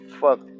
Fuck